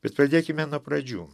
bet pradėkime nuo pradžių